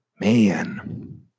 man